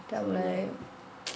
[tau] like